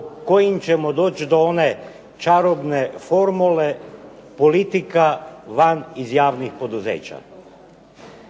kojim ćemo doći do one čarobne formule politika van iz javnih poduzeća.